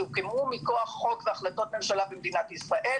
שהוקמו מכוח חוק והחלטות ממשלה במדינת ישראל,